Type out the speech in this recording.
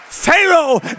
Pharaoh